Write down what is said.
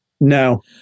No